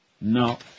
No